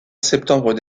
septembre